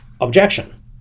Objection